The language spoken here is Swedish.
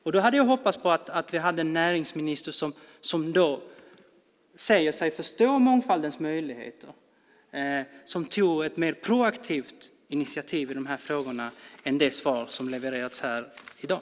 Jag hade hoppats att vi skulle ha en näringsminister som säger sig förstå mångfaldens möjligheter och som tar ett mer proaktivt initiativ i de här frågorna än det svar som levererats här i dag.